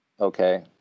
Okay